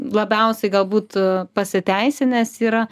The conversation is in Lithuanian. labiausiai galbūt pasiteisinęs yra